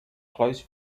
close